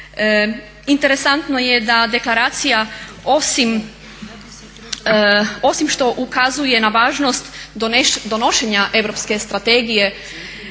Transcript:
Interesantno je da deklaracija osim što ukazuje na važnost donošenja europske strategije